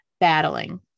battling